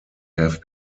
have